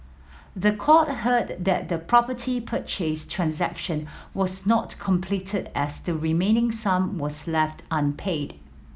the court heard that the property purchase transaction was not completed as the remaining sum was left unpaid